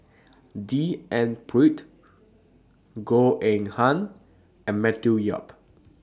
D N Pritt Goh Eng Han and Matthew Yap